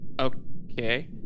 Okay